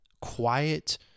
quiet